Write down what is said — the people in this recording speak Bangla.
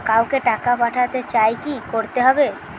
কাউকে টাকা পাঠাতে চাই কি করতে হবে?